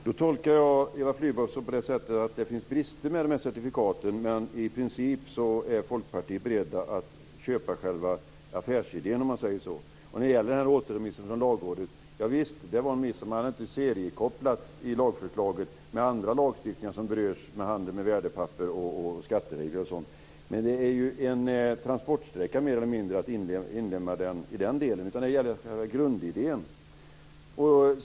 Fru talman! Jag tolkar Eva Flyborg på det sättet att det finns brister med certifikaten men att Folkpartiet i princip är berett att köpa själva affärsidén, om man säger så. När det gäller återremissen från Lagrådet var det en miss. Man hade inte seriekopplat lagförslaget med andra lagstiftningar som berörs, handel med värdepapper, skatteregler och sådant. Men det är mer eller mindre en transportsträcka att inlemma den i den delen. Det gäller här själva grundidén.